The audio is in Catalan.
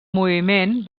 moviment